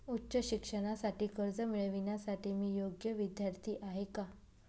उच्च शिक्षणासाठी कर्ज मिळविण्यासाठी मी योग्य विद्यार्थी आहे का?